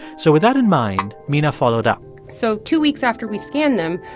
so with that in mind, mina followed up so two weeks after we scanned them,